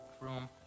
room